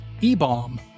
e-bomb